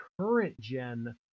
current-gen